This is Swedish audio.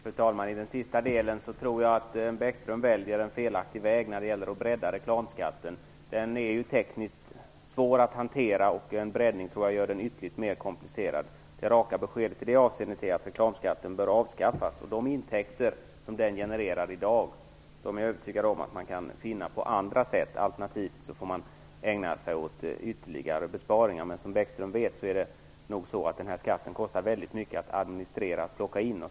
Fru talman! Jag tror att Bäckström väljer en felaktig väg när det gäller att bredda reklamskatten. Den är tekniskt svår att hantera. En breddning tror jag gör den ännu mer komplicerad. Det raka beskedet i det avseendet är att reklamskatten bör avskaffas. De intäkter som den genererar i dag kan man få in på andra sätt. Det är jag övertygad om. Alternativt får man ägna sig åt ytterligare besparingar. Som Bäckström vet kostar denna skatt mycket att administrera.